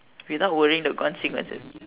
without worrying the consequences